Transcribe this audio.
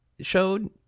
showed